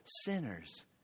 sinners